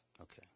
Okay